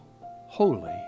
holy